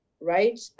right